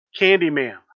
Candyman